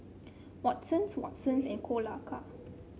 Watsons Watsons and Kolaka